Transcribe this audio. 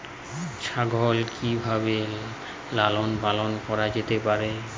ছাগল কি ভাবে লালন পালন করা যেতে পারে?